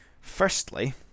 Firstly